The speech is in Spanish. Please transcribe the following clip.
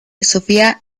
sofía